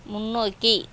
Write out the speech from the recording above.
முன்னோக்கி